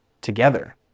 together